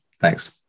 Thanks